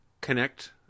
connect